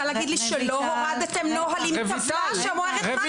להגיד לי שלא הורדתם נוהל עם טבלה שאומרת מקסימום?